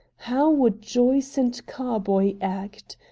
how would joyce and carboy act?